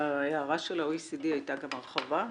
בהערה של ה- OECDהייתה גם הרחבה?